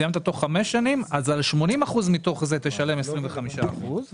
סיימת תוך חמש שנים על 80 אחוזים מתוך זה תשלם 25 אחוזים.